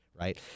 right